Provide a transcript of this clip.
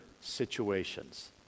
situations